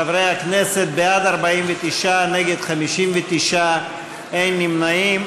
חברי הכנסת, בעד 49, נגד, 59, אין נמנעים.